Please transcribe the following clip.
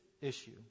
issue